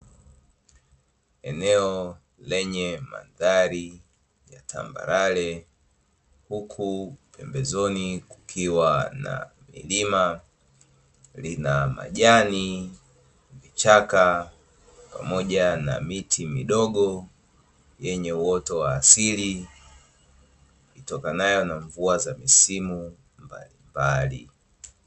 eneo lenye mandhari ya tambalale huku pembezoni kukiwa na milima lina majani, vichaka pamoja na miti midogo yenye uoto wa asili itokanayo na mvua za misimu mbalimbali.